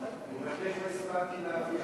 ההצעה להעביר